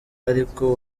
ariko